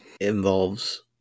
involves